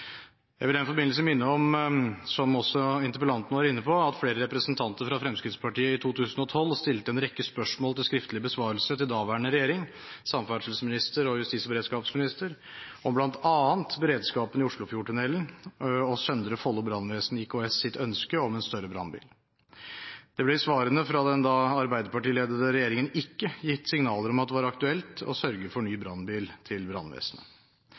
Jeg vil i den forbindelse minne om, som også interpellanten var inne på, at flere representanter fra Fremskrittspartiet i 2012 stilte en rekke spørsmål til skriftlig besvarelse til daværende regjering – samferdselsministeren og justis- og beredskapsministeren – om bl.a. beredskapen i Oslofjordtunnelen og Søndre Follo Brannvesen IKS’ ønske om en større brannbil. Det ble i svarene fra den da arbeiderpartiledede regjeringen ikke gitt signaler om at det var aktuelt å sørge for ny brannbil til brannvesenet.